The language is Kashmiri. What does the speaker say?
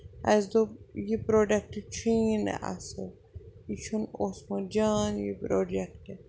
اَسہِ دوٚپ یہِ پرٛوڈَکٹ چھُیی نہٕ اَصٕل یہِ چھُنہٕ اوسمُت جان یہِ پرٛوڈَکٹ